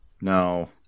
No